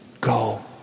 go